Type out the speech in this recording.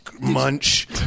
munch